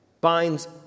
binds